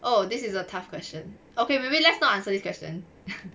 oh this is a tough question okay maybe let's not answer this question